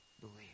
believe